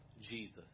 Jesus